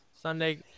Sunday